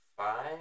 Five